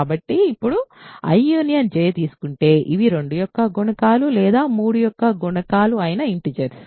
కాబట్టి ఇప్పుడు మీరు I J తీసుకుంటే ఇవి 2 యొక్క గుణకాలు లేదా 3 యొక్క గుణకాలు అయిన ఇంటిజర్స్